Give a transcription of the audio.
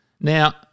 Now